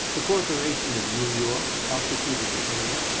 the corporation of new york prosecuted the tailor,